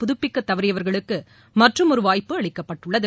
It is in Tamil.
புதுப்பிக்கத் தவறியவர்களுக்கு மற்றுமொரு வாய்ப்பு அளிக்கப்பட்டுள்ளது